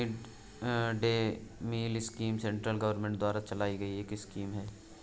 mid day meal scheme central government द्वारा चलाई गई एक स्कीम है